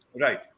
Right